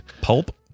pulp